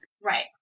right